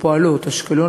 שפועלות באשקלון,